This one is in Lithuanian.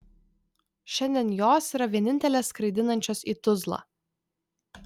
šiandien jos yra vienintelės skraidinančios į tuzlą